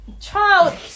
child